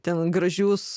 ten gražius